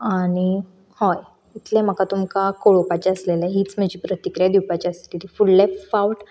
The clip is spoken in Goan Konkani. आनी हय इतलें म्हाका तुमकां कळोवपाचें आसलेले हीच म्हजी प्रतिक्रिया दिवपाची आसलेली फुडले फावट